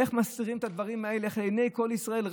איך מסתירים את הדברים האלה מעיני כל ישראל?